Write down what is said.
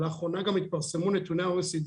ולאחרונה גם התפרסמו נתוני ה-OECD